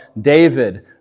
David